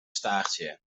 staartje